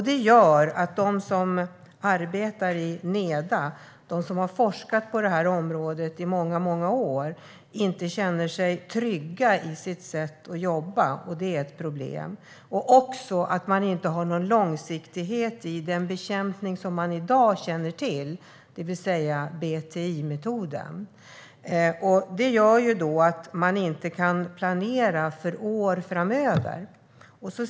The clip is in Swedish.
Det gör att de som arbetar i Neda, som har forskat på det här området i många år, inte känner sig trygga i sitt sätt att jobba, vilket är ett problem. Det gör också att man inte har någon långsiktighet i den bekämpning som man i dag känner till, det vill säga BTI-metoden. Det innebär i sin tur att man inte kan planera för år framöver.